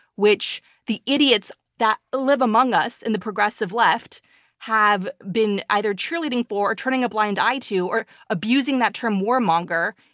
which the idiots that live among us and the progressive left have been either cheerleading for or turning a blind eye to, or abusing that term warmonger,